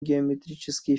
геометрические